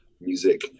music